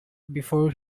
before